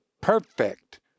perfect